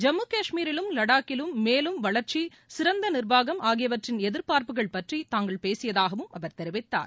ஜம்மு காஷ்மீரிலும் லடாக்கிலும் மேலும் வளர்ச்சி சிறந்த நிர்வாகம் ஆகியவற்றின் எதிர்பார்ப்புகள் பற்றி தாங்கள் பேசியதாகவும் அவர் தெரிவித்தார்